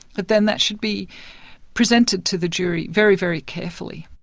but then that should be presented to the jury very, very carefully.